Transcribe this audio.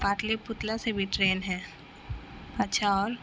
پاٹلی پتر سے بھی ٹرین ہے اچھا اور